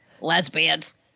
lesbians